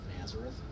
Nazareth